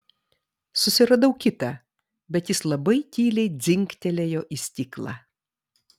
susiradau kitą bet jis labai tyliai dzingtelėjo į stiklą